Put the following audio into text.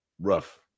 rough